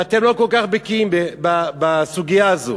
שאתם לא כל כך בקיאים בסוגיה הזאת.